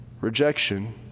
rejection